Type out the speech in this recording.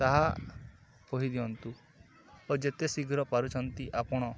ତାହା କହିଦିଅନ୍ତୁ ଓ ଯେତେ ଶୀଘ୍ର ପାରୁଛନ୍ତି ଆପଣ